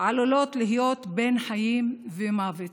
עלולות להיות בין חיים ומוות,